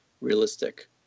realistic